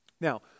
Now